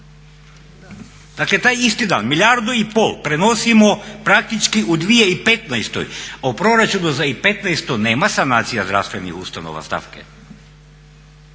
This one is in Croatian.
Dakle taj isti dan milijardu i pol prenosimo praktički u 2015. a u proračunu za 2015. nema sanacija zdravstvenih ustanova stanke.